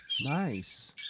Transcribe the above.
Nice